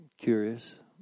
curious